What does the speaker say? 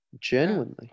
genuinely